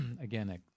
again